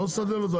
אני לא מסנדל אותו,